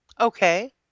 Okay